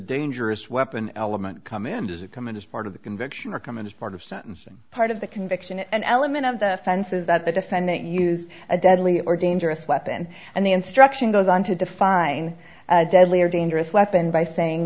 dangerous weapon element come in does it come in as part of the conviction or come in as part of sentencing part of the conviction an element of the offenses that the defendant used a deadly or dangerous weapon and the instruction goes on to define a deadly or dangerous weapon by saying